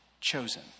chosen